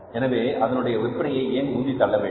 எனவே அதனுடைய விற்பனையை ஏன் உந்தித் தள்ள வேண்டும்